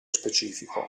specifico